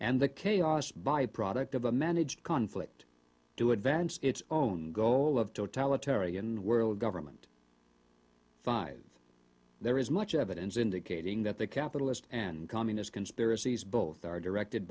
and the chaos by product of a managed conflict to advance its own goal of totalitarian world government five there is much evidence indicating that the capitalist and communist conspiracies both are directed